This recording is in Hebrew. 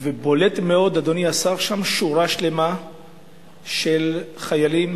ובולטת שם מאוד, אדוני השר, שורה שלמה של חיילים